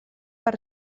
per